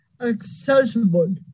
accessible